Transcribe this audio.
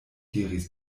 diris